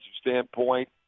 standpoint